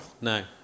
No